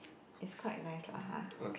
is quite nice lah !huh!